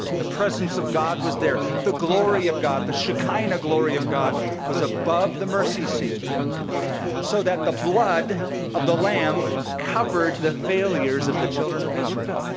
the presence of god was there. the glory of god, the shekinah glory of god was above the mercy seat so that the blood of the lamb covered the failures of the children of israel.